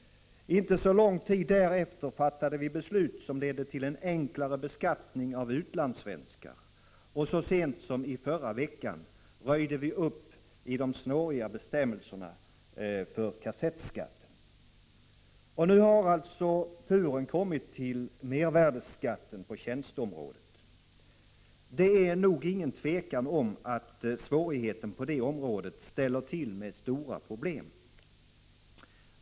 Inte så lång tid därefter fattade vi beslut som ledde till enklare beskattning av utlandssvenskar, och så sent som i förra veckan röjde vi upp i de snåriga bestämmelserna för kassettskatten. Nu har turen kommit till mervärdeskatten på tjänsteområdet. Det är nog ingen tvekan om att snårigheten på detta område ställer till med stora problem.